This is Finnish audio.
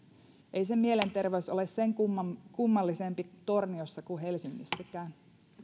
ei se mielenterveys ole sen kummallisempi kummallisempi torniossa kuin helsingissäkään